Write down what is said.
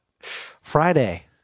Friday